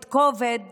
את כובד